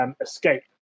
escape